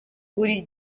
buri